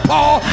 Paul